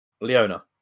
Leona